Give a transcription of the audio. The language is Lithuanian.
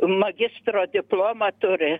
magistro diplomą turi